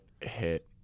hit